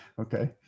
Okay